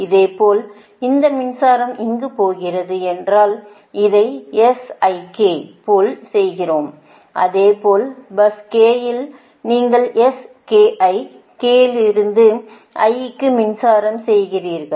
இதேபோல் இந்த மின்சாரம் இங்கு போகிறது என்றால் அதை போல் செய்கிறோம் இதே போல் பஸ் k யில் நீங்கள் k லிருந்து i க்கு மின்சாரம் செய்கிறீர்கள்